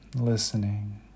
listening